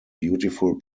beautiful